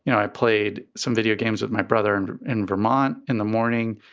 you know i played some video games with my brother and in vermont in the morning,